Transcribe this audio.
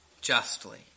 justly